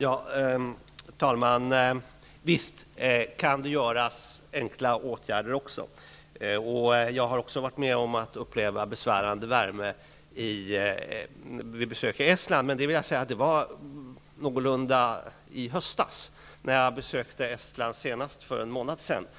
Herr talman! Visst kan också enkla åtgärder vidtas. Jag har också varit med om att uppleva besvärande värme vid besök i Estland, men det var i höstas. När jag för en månad sedan senast besökte